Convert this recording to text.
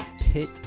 pit